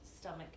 stomach